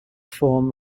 form